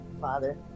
Father